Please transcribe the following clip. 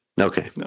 Okay